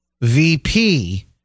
VP